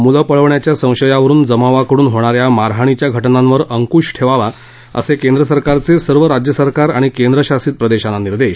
मुलं पळवण्याच्या संशयावरुन जमावाकडून मारहाणीच्या घटनांवर अंकूश ठेवावा असे केंद्र सरकारचे सर्व राज्य सरकार आणि केंद्रशासित प्रदेशांना निर्देश